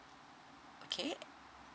okay